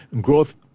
growth